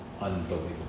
unbelievable